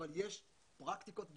אבל יש פרקטיקות גזעניות.